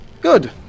Good